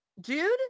dude